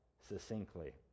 succinctly